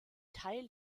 teil